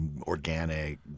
organic